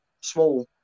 small